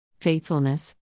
Faithfulness